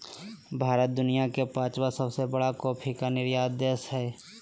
भारत दुनिया के पांचवां सबसे बड़ा कॉफ़ी के निर्यातक देश हइ